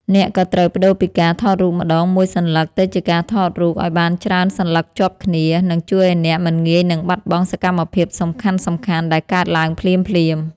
អ្នកក៏ត្រូវប្ដូរពីការថតរូបម្ដងមួយសន្លឹកទៅជាការថតរូបឱ្យបានច្រើនសន្លឹកជាប់គ្នា និង ជួយឱ្យអ្នកមិនងាយនឹងបាត់បង់សកម្មភាពសំខាន់ៗដែលកើតឡើងភ្លាមៗ។